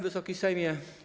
Wysoki Sejmie!